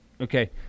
Okay